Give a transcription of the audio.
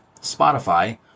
Spotify